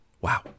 Wow